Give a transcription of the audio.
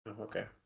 Okay